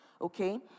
Okay